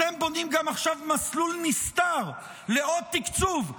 אתם בונים גם עכשיו מסלול נסתר לעוד תקצוב,